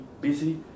busy